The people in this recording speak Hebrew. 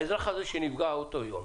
האזרח שנפגע באותו יום,